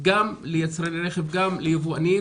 גם ליצרני רכב וגם ליבואנים,